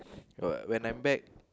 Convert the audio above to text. when I'm back